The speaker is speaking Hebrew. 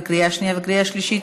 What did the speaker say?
בקריאה שנייה וקריאה שלישית.